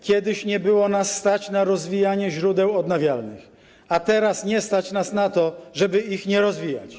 Kiedyś nie było nas stać na rozwijanie źródeł odnawialnych, a teraz nie stać nas na to, żeby ich nie rozwijać.